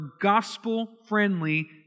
gospel-friendly